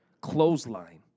Clothesline